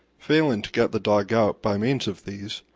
failing to get the dog out by means of these,